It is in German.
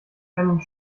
einen